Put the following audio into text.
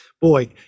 boy